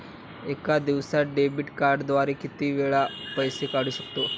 एका दिवसांत डेबिट कार्डद्वारे किती वेळा पैसे काढू शकतो?